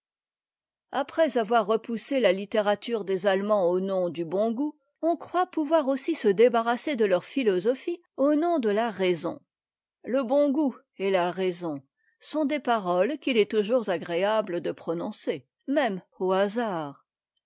après avoir repoussé la littérature des allemands au nom du bon goût on croit pouvoir aussi se débarrasser de leur philosophie au nom de la raison le bon goût et la raison sont des paroles qu'il est toujours agréable de prononcer même au hasard